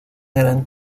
gran